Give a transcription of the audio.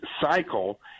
cycle